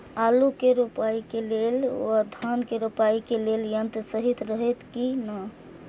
आलु के रोपाई के लेल व धान के रोपाई के लेल यन्त्र सहि रहैत कि ना?